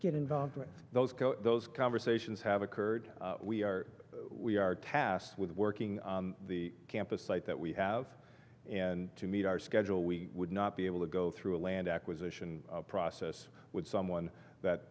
get involved with those those conversations have occurred we are we are tasked with working the campus site that we have and to meet our schedule we would not be able to go through a land acquisition process with someone that